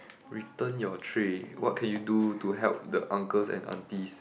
return your tray what can you do to help the uncles and aunties